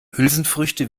hülsenfrüchte